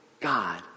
God